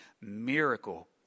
miracle